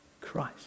Christ